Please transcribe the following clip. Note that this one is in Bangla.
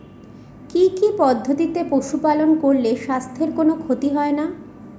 কি কি পদ্ধতিতে পশু পালন করলে স্বাস্থ্যের কোন ক্ষতি হয় না?